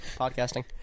podcasting